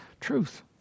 truth